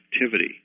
activity